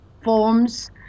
forms